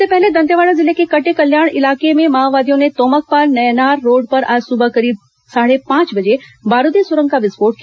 इससे पहले दंतेवाडा जिले के कटेकल्याण इलाके में माओवादियों ने तोमकपाल नैयनार रोड पर आज सुबह करीब साढ़े पांच बजे बारूदी सुरंग का विस्फोट किया